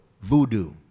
voodoo